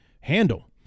handle